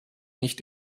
nicht